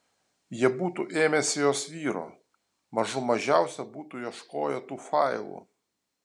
jie būtų ėmęsi jos vyro mažų mažiausia būtų ieškoję tų failų